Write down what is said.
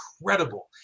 incredible